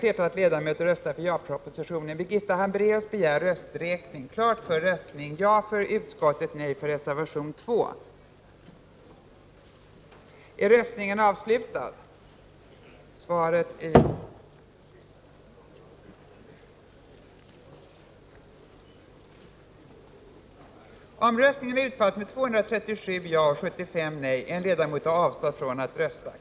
Härefter bifölls utskottets hemställan med 173 röster mot 103 för reservation 4 av Knut Billing m.fl. 42 ledamöter avstod från att rösta.